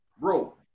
bro